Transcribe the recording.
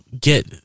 get